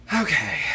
Okay